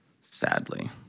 sadly